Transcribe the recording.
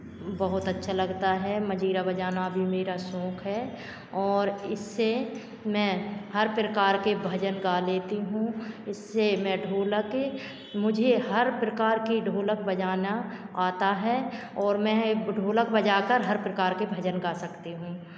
बहुत अच्छा लगता है मजीरा बजाना भी मेरा शौक है और इससे मैं हर प्रकार के भजन गा लेती हूँ उससे मैं ढोलक मुझे हर प्रकार के ढोलक बजाना आता है और मैं ढोलक बजाकर हर प्रकार के भजन गा सकती हूँ